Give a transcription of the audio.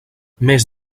més